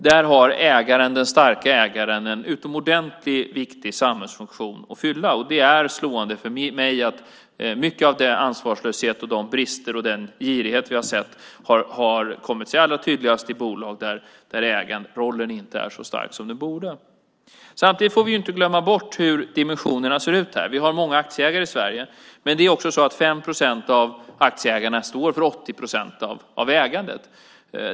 Där har den starka ägaren en utomordentligt viktig samhällsfunktion att fylla. Det är slående för mig att mycket av den ansvarslöshet, de brister och den girighet vi har sett har varit allra tydligast i bolag där ägarrollen inte är så stark som den borde vara. Samtidigt får vi inte glömma bort hur dimensionerna ser ut. Vi har många aktieägare i Sverige, men 5 procent av aktieägarna står för 80 procent av ägandet.